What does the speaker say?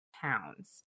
pounds